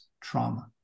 trauma